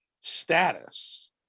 status